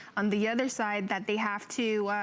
um the other side, that they have to,